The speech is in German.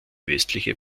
westliche